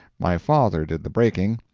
my father did the breaking,